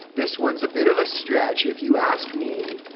this one's a bit of a stretch, if you ask me.